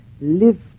live